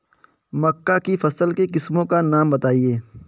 मक्का की फसल की किस्मों का नाम बताइये